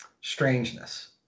strangeness